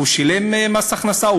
הוא שילם מס הכנסה,